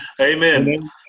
Amen